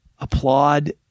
applaud